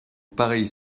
pareille